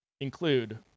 include